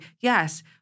yes